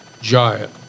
Giant